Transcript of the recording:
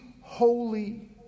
holy